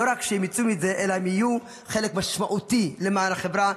ולא רק שהם ייצאו מזה אלא הם יהיו חלק משמעותי למען החברה,